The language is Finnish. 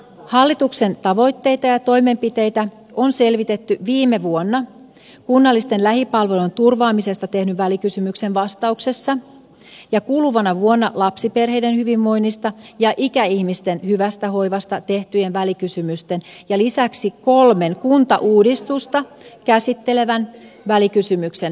hallituksen tavoitteita ja toimenpiteitä on selvitetty viime vuonna kunnallisten lähipalvelujen turvaamisesta tehdyn välikysymyksen vastauksessa ja kuluvana vuonna lapsiperheiden hyvinvoinnista ja ikäihmisten hyvästä hoivasta tehtyjen välikysymysten ja lisäksi kolmen kuntauudistusta käsittelevän välikysymyksen vastauksissa